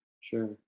Sure